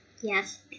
yes